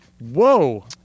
Whoa